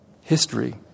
history